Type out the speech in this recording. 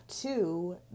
two